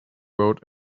road